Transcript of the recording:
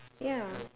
ya